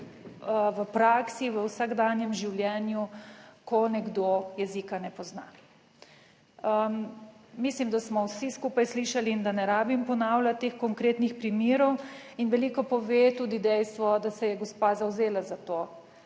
v praksi v vsakdanjem življenju, ko nekdo jezika ne pozna. Mislim, da smo vsi skupaj slišali in da ne rabim ponavljati teh konkretnih primerov in veliko pove tudi dejstvo, da se je gospa zavzela za to,